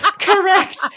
Correct